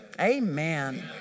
Amen